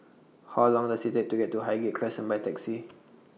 How Long Does IT Take to get to Highgate Crescent My Taxi